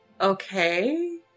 Okay